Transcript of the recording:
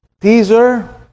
teaser